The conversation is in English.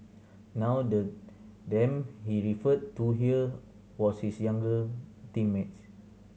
now the them he referred to here was his younger teammates